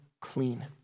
clean